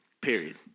Period